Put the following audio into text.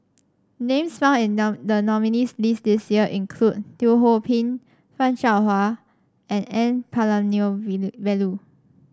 names found in the the nominees' list this year include Teo Ho Pin Fan Shao Hua and N Palanivelu